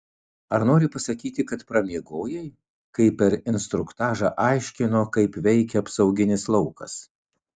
ar nori pasakyti kad pramiegojai kai per instruktažą aiškino kaip veikia apsauginis laukas